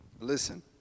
Listen